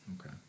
Okay